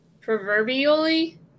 proverbially